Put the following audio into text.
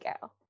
go